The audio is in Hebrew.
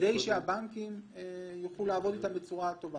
זיהיתי לגבי יעקב מוישה איזו שהוא פעילות שנראית לי לא רגילה,